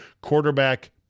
quarterback